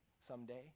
someday